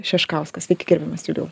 šeškauskas sveiki gerbiamas juliau